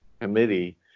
committee